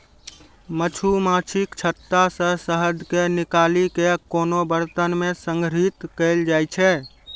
मछुमाछीक छत्ता सं शहद कें निकालि कें कोनो बरतन मे संग्रहीत कैल जाइ छै